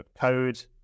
code